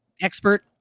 expert